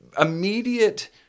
immediate